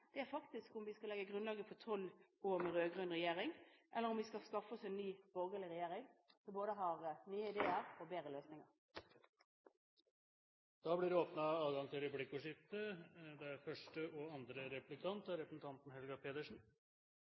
året, er faktisk om vi skal legge grunnlaget for tolv år med rød-grønn regjering, eller om vi skal skaffe oss en ny borgerlig regjering, som både har nye ideer og bedre løsninger. Det blir replikkordskifte. Representanten Solberg sa i sitt innlegg at enhver regjering har alltid mer penger til disposisjon. Men det er